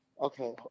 okay